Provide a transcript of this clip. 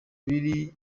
biri